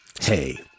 Hey